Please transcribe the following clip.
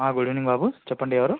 good evening బాబు చెప్పండి ఎవరు